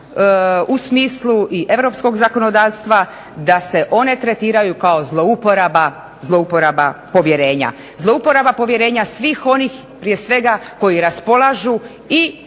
u smislu i europskog zakonodavstva, da se one tretiraju kao zlouporaba povjerenja, zlouporaba povjerenja svih onih prije svega koji raspolažu i